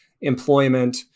employment